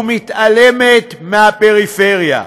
ומתעלמת מהפריפריה.